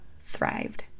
thrived